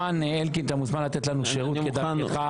אלקין, אתה מוזמן לתת לנו שירות, כדרכך.